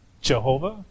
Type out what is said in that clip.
Jehovah